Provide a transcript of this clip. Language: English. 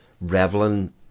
reveling